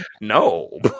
No